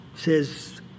says